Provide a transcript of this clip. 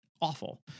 awful